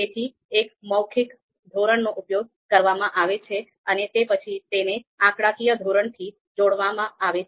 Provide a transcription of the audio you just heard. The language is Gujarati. તેથી એક મૌખિક ધોરણનો ઉપયોગ કરવામાં આવે છે અને તે પછી તેને આંકડાકીય ધોરણોથી જોડવામાં આવે છે